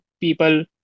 people